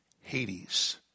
Hades